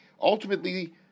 ultimately